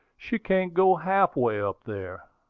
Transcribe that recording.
she can't go half-way up there.